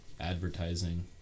advertising